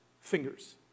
fingers